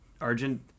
Argent